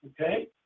okay